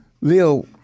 Leo